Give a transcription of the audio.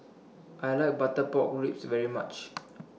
I like Butter Pork Ribs very much